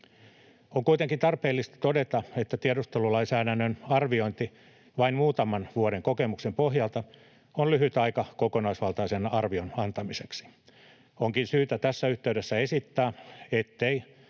On kuitenkin tarpeellista todeta, että tiedustelulainsäädännön arviointi vain muutaman vuoden kokemuksen pohjalta on lyhyt aika kokonaisvaltaisen arvion antamiseksi. Onkin syytä tässä yhteydessä esittää, että